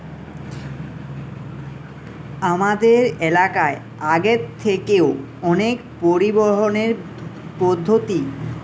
আমাদের এলাকায় আগের থেকেও অনেক পরিবহনের পদ্ধতি